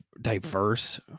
diverse